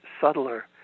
subtler